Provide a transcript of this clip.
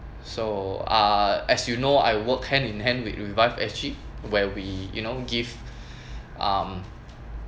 so uh as you know I work hand-in-hand with revive S_G where we you know give um